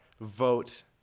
vote